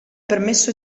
permesso